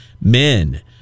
men